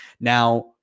Now